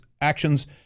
actions